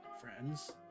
friends